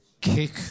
kick